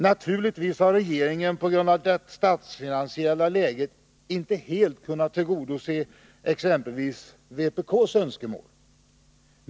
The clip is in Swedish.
Naturligtvis har regeringen på grund av det statsfinansiella läget inte helt kunnat tillgodose exempelvis vpk:s önskemål.